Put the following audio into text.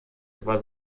über